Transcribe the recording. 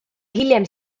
hiljem